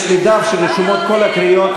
יש לי דף שרשומות בו כל הקריאות.